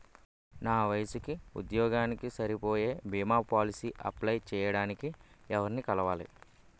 నా వయసుకి, ఉద్యోగానికి సరిపోయే భీమా పోలసీ అప్లయ్ చేయటానికి ఎవరిని కలవాలి?